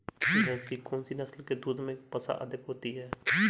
भैंस की कौनसी नस्ल के दूध में वसा अधिक होती है?